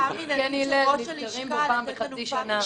--- מסכן הלל, נזכרים בו פעם בחצי שנה.